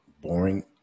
boring